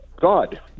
God